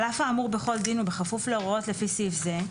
על אף האמור בכל דין ובכפוף להוראות לפי סעיף זה,